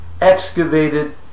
excavated